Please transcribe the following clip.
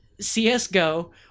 CSGO